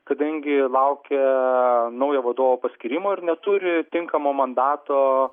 kadangi laukia naujo vadovo paskyrimo ir neturi tinkamo mandato